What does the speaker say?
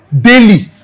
Daily